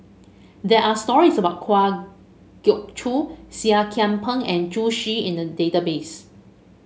there are stories about Kwa Geok Choo Seah Kian Peng and Zhu Xu in the database